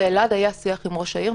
ביום שישי טיילתי בין העירייה,